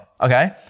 Okay